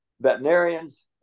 veterinarians